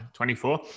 24